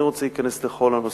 אני לא רוצה להיכנס לכל הנושא.